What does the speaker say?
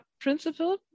principle